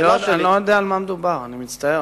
אני מצטער,